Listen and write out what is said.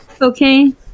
Okay